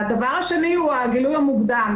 הדבר השני הוא הגילוי המוקדם,